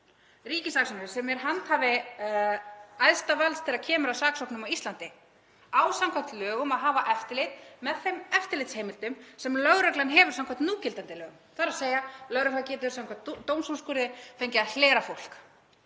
um hérna, sem er handhafi æðsta valds þegar kemur að saksóknum á Íslandi, á samkvæmt lögum að hafa eftirlit með þeim eftirlitsheimildum sem lögreglan hefur samkvæmt núgildandi lögum, þ.e. lögreglan getur samkvæmt dómsúrskurði fengið að hlera fólk